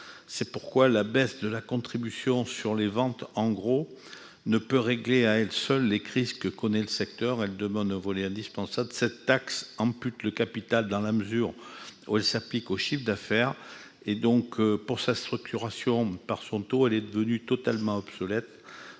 c'est pourquoi la baisse de la contribution sur les ventes en gros ne peut régler à elle seule les crises que connaît le secteur, elle demande au volley indispensable cette taxe ampute le capital dans la mesure où elle s'applique aux chiffre d'affaires et donc pour sa structuration par son taux, elle est devenue totalement obsolète,